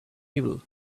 evil